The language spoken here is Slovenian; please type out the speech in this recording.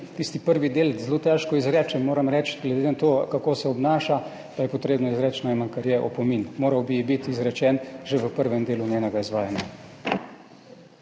tisti prvi del zelo težko izreče, moram reči, glede na to, kako se obnaša, pa je treba izreči najmanj opomin. Moral bi biti izrečen že v prvem delu njenega izvajanja.